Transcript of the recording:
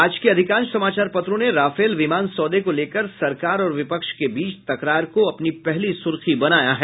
आज के अधिकांश समाचार पत्रों ने राफेल विमान सौदे को लेकर सरकार और विपक्ष के बीच तकरार को अपनी पहली सुर्खी बनाया है